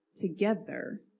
Together